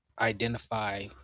identify